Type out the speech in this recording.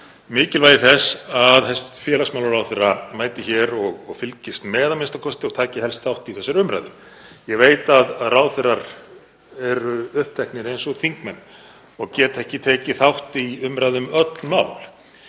mikilvægi þess að hæstv. félagsmálaráðherra mæti hér og fylgist með a.m.k. og taki helst þátt í þessari umræðu. Ég veit að ráðherrar eru uppteknir eins og þingmenn og geta ekki tekið þátt í umræðu um öll mál